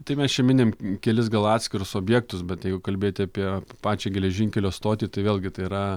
tai mes čia minim kelis gal atskirus objektus bet tai jau kalbėti apie pačią geležinkelio stotį tai vėlgi tai yra